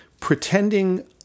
pretending